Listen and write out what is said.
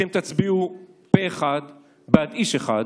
אתם תצביעו פה אחד בעד איש אחד